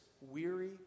weary